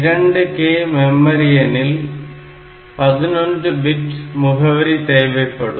2k memory எனில் 11 bit முகவரி தேவைப்படும்